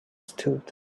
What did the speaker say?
stood